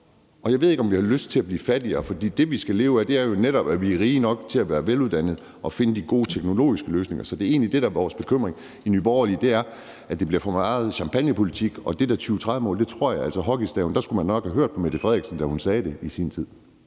Og jeg ved ikke, om vi har lyst til at blive fattigere, for det, vi skal leve af, er jo netop, at vi er rige nok til at være veluddannede og finde de gode teknologiske løsninger. Så det er egentlig det, der er vores bekymring i Nye Borgerlige, altså at det bliver for meget champagnepolitik, og i forhold til det der 2030-mål og hockeystaven tror jeg altså nok, at man skulle have hørt på Mette Frederiksen, da hun i sin tid